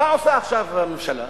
מה עושה עכשיו הממשלה?